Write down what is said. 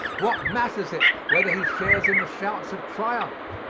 what matters it whether he shares in the shouts of triumph?